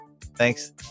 Thanks